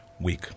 week